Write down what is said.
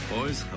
Boys